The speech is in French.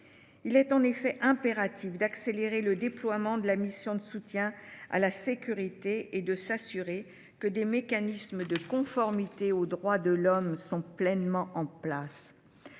Il est en effet impératif d’accélérer le déploiement de la MMAS et de s’assurer que des mécanismes de conformité aux droits de l’homme sont pleinement en place.